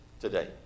today